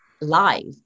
live